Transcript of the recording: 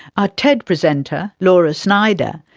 our ted presenter, laura snyder,